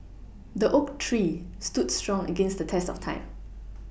the oak tree stood strong against the test of time